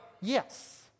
Yes